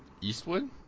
Eastwood